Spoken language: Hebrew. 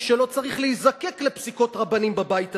שלא צריך להיזקק לפסיקות רבנים בבית הזה,